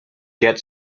get